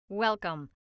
Welcome